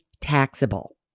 taxable